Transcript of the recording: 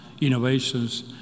innovations